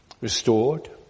restored